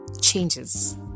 changes